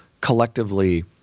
collectively